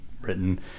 written